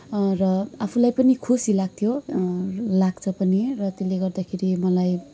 र आफूलाई पनि खुसी लाग्थ्यो लाग्छ पनि र त्यसले गर्दाखेरि मलाई